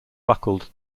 buckled